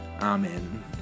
Amen